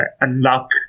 unlock